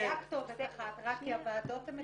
זו בעיה כתובת אחת כי הוועדות הן מקומיות.